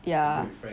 ya